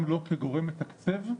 גם לא כגורם מתקצב?